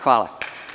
Hvala.